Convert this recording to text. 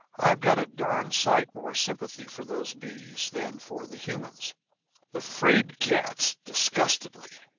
i've got a darned sight more sympathy for those bees than for the humans the fraid-cats! disgustedly.